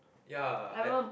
ya I